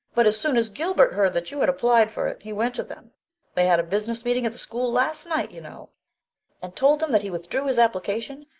but as soon as gilbert heard that you had applied for it he went to them they had a business meeting at the school last night, you know and told them that he withdrew his application,